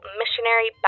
Missionary